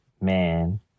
man